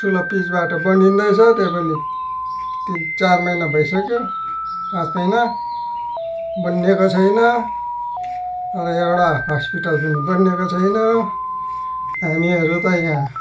ठुलो पिच बाटो बनिँदै छ त्यो पनि तिन चार महिना भइसक्यो पाँच महिना बन्निएको छेैन र एउटा हस्पिटल पनि बनिएको छैन हामीहरू त यहाँ